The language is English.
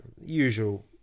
usual